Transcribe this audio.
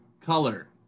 color